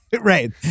Right